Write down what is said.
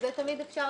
מה זאת אומרת?